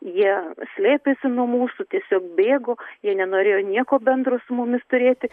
jie slėpėsi nuo mūsų tiesiog bėgo jie nenorėjo nieko bendro su mumis turėti